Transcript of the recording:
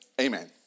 amen